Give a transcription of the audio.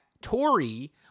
Tory